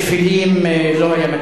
אבל הביטוי "שפלים" לא היה מתאים,